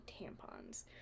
tampons